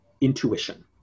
intuition